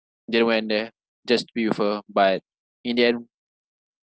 didn't went there just to be with her but in the end